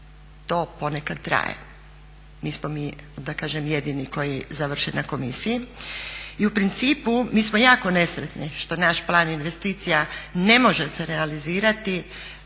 To ponekad traje. Nismo mi da kažem jedini koji završe na komisiji. I u principu mi smo jako nesretni što naš plan investicija ne može se realizirati